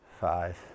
five